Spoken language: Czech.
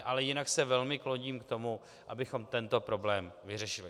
Ale jinak se velmi kloním k tomu, abychom tento problém vyřešili.